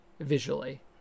visually